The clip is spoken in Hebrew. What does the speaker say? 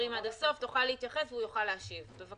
שהמענה הזה יהיה